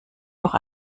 noch